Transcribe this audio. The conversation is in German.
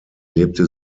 lebte